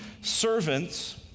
Servants